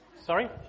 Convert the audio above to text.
sorry